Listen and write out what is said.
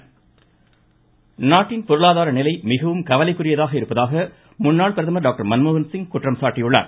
மன்மோகன்சிங் நாட்டின் பொருளாதார நிலை மிகவும் கவலைக்குரியதாக இருப்பதாக முன்னாள் பிரதமர் டாக்டர் மன்மோகன்சிங் குற்றம் சாட்டியுள்ளார்